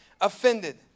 offended